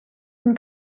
une